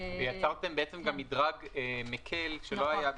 יצרתם מדרג מקל שלא היה.